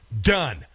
Done